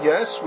Yes